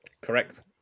Correct